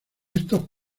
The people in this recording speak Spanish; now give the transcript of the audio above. estos